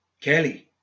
Kelly